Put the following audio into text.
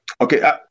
Okay